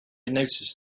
noticed